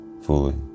fully